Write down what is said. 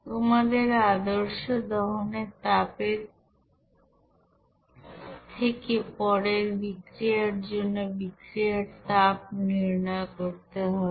তোমাদের আদর্শ দহনের তাপের থেকে পরের বিক্রিয়ার জন্য বিক্রিয়ার তাপ নির্ণয় করতে হবে